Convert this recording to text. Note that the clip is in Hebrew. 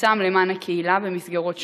וממרצם למען הקהילה במסגרות שונות: